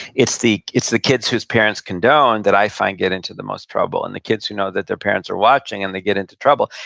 it's the it's the kids whose parents condone that i find get into the most trouble, and the kids who know that their parents are watching and they get into trouble,